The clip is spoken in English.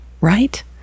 right